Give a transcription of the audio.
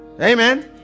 Amen